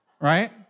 right